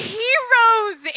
heroes